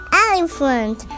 elephant